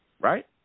right